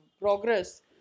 progress